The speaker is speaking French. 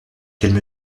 quelle